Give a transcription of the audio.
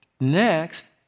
next